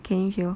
can you hear